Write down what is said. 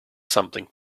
something